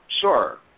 sure